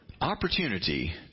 Opportunity